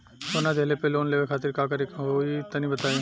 सोना दिहले पर लोन लेवे खातिर का करे क होई तनि बताई?